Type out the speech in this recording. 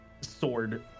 sword